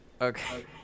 okay